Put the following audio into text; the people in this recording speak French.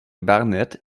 barnet